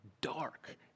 dark